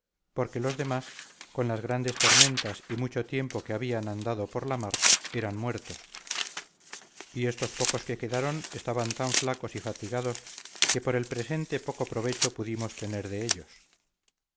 porque los demás con las grandes tormentas y mucho tiempo que habían andado por la mar eran muertos y estos pocos que quedaron estaban tan flacos y fatigados que por el presente poco provecho pudimos tener de ellos